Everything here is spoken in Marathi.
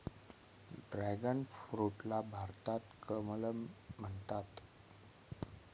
ड्रॅगन फ्रूटला भारतात कमलम म्हणतात